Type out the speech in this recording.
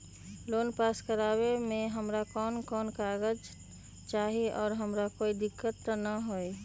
Loan pass करवावे में हमरा कौन कौन कागजात चाही और हमरा कोई दिक्कत त ना होतई?